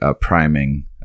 priming